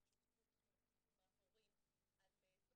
על יצירת שותפות חינוכית עם ההורים,